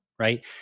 right